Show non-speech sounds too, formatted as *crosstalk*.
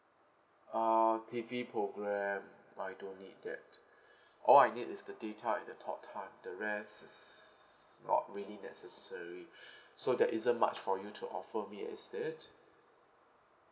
orh T_V program I don't need that *breath* all I need is the data and the talk time the rest is not really necessary *breath* so there isn't much for you to offer me is it